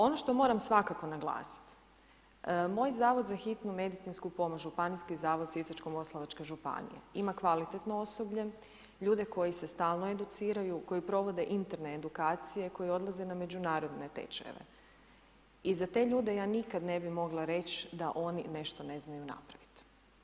Ono što moram svakako naglasiti moj Zavod za hitnu medicinu pomoć, Županijski zavod Sisačko-moslavačke županije ima kvalitetno osoblje, ljude koji se stalno educiraju, koji provode interne edukacije, koji odlaze na međunarodne tečajeve i za te ljude ja nikad ne bi mogla reći da oni nešto ne znaju napraviti.